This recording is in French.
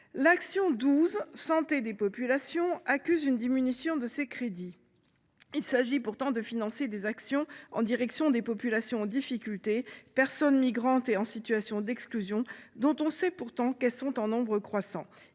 L’action n° 12, « Santé des populations », accuse une diminution de ses crédits. Il s’agit pourtant de financer des actions en direction des populations en difficulté, personnes migrantes et en situation d’exclusion, dont on sait qu’elles sont en nombre croissant.